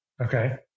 Okay